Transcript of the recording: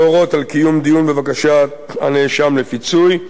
להורות על קיום דיון בבקשת הנאשם לפיצוי,